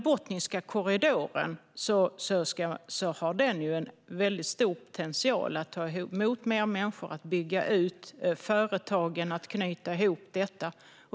Botniska korridoren har en väldigt stor potential att ta emot mer människor, bygga ut företagen och knyta ihop detta.